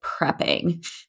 prepping